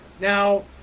Now